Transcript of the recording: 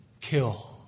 kill